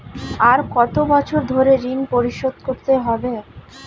আর কত বছর ধরে ঋণ পরিশোধ করতে হবে?